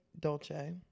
dolce